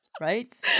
Right